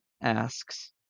asks